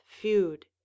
feud